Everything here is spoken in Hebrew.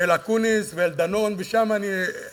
אל אקוניס ואל דנון, ושם אני אתחבא.